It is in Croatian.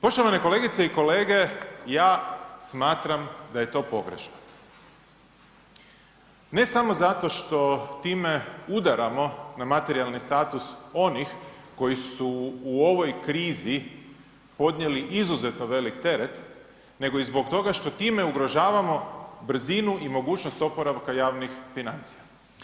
Poštovane kolegice i kolege, ja smatram da je to pogrešno, ne samo zato što time udaramo na materijalni status onih koji su u ovoj krizi podnijeli izuzetno velik teret nego i zbog toga što time ugrožavamo brzinu i mogućnost oporavka javnih financija.